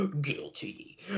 guilty